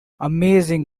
amazing